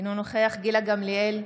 אינו נוכח גילה גמליאל,